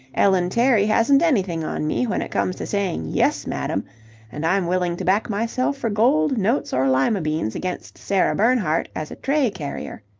ellen terry hasn't anything on me when it comes to saying yes, madam and i'm willing to back myself for gold, notes, or lima beans against sarah bernhardt as a tray-carrier.